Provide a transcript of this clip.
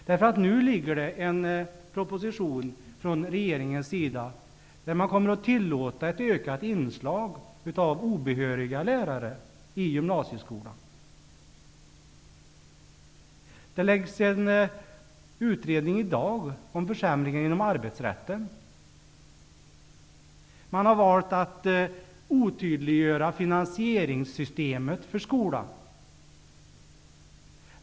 Därför att nu ligger en proposition från regeringen där man kommer att tillåta ett ökat inslag av obehöriga lärare i gymnasieskolan. Det läggs i dag en utredning om försämringen inom arbetsrätten. Man har valt att otydliggöra finansieringssystemet för skolan.